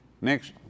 Next